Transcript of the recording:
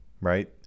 right